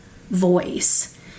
voice